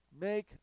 make